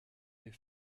les